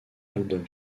album